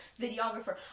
videographer